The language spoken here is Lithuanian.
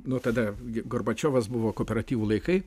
nuo tada gorbačiovas buvo kooperatyvų laikai